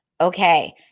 Okay